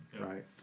right